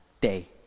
day